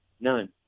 None